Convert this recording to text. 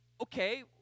okay